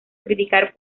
criticar